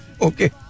Okay